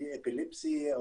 אפילפסיה,